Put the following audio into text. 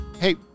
Hey